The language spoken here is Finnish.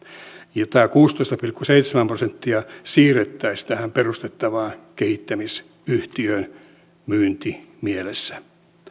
ja tämä kuusitoista pilkku seitsemän prosenttia siirrettäisiin tähän perustettavaan kehittämisyhtiöön myyntimielessä